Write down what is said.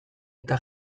eta